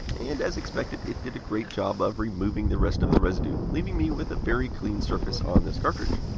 and as expected it did a great job of removing the rest of the residue leaving me with a very clean surface on this cartridge.